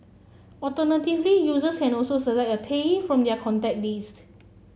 alternatively users can also select a payee from their contact list